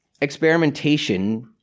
experimentation